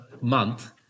month